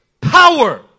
power